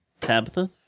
Tabitha